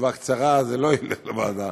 תשובה קצרה זה לא ילך לוועדה.